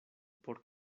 por